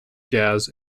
jazz